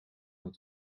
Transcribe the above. het